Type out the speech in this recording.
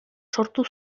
sortu